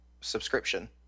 subscription